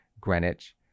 Greenwich